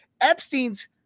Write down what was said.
Epstein's